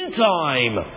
time